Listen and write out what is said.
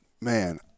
Man